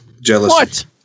Jealousy